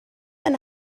and